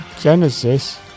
Genesis